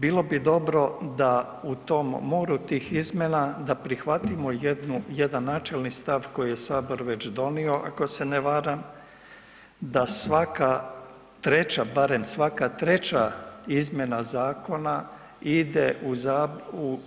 Bilo bi dobro da u tom moru tih izmjena da prihvatimo jedan načelni stav koji je sabor već donio ako se ne varam, da svaka treća, barem svaka treća izmjena zakona ide